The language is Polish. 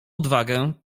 odwagę